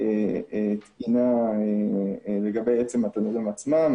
תקינה לגבי עצם התנורים עצמם.